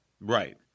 Right